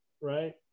Right